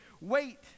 wait